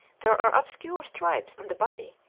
there are obscure stripes on the body,